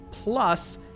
Plus